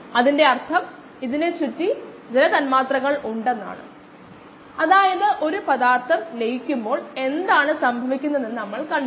നമുക്ക് എല്ലാ വേരിയബിളുകളും ലഭിക്കേണ്ടതുണ്ട് ഒരു വശത്തേക്ക് ഉചിതമായ വേരിയബിളുകൾ എല്ലാം s ഉം ഈ ഭാഗത്താണ് നമ്മൾ അത് ചെയ്തു